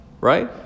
right